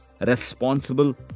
responsible